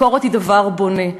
ביקורת היא דבר בונה.